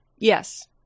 Yes